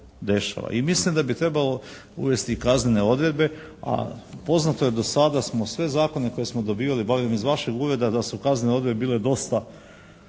I mislim da bi trebalo uvesti i kaznene odredbe. A poznato je do sada smo sve zakone koje smo dobivali, barem iz vašeg ureda, da su kaznene odredbe bile dosta